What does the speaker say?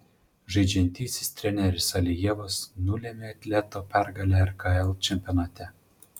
žaidžiantysis treneris alijevas nulėmė atleto pergalę rkl čempionate